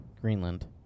Greenland